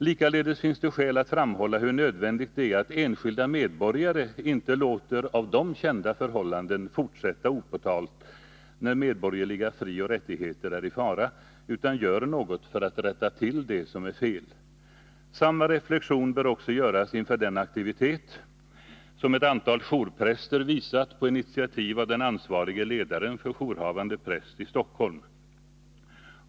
Likaledes finns det skäl att framhålla hur nödvändigt det är att enskilda medborgare inte låter av dem kända missförhållanden fortsätta opåtalade när medborgerliga frioch rättigheter är i fara utan gör något för att rätta till det som är fel. Samma reflexion bör också göras inför den aktivitet som ett antal jourpräster visat på initiativ av den ansvarige ledaren för jourhavande präst i Stockholm.